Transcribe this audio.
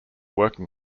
working